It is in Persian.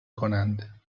کنند